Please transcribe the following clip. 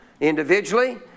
individually